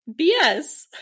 BS